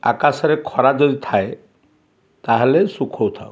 ଆକାଶରେ ଖରା ଯଦି ଥାଏ ତାହେଲେ ଶୁଖାଉଥାଉ